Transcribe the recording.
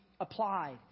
applied